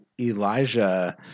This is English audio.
Elijah